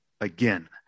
again